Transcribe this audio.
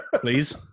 please